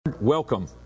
welcome